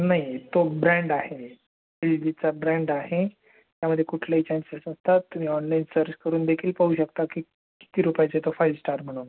नाही तो ब्रँड आहे एल जीचा ब्रँड आहे त्यामध्ये कुठलंही चान्सेस नसतात तुम्ही ऑनलाईन सर्च करून देखील पाहू शकता की किती रुपयाचा येतो फाईव स्टार म्हणून